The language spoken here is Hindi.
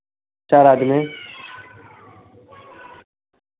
चार आदमी